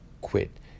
quit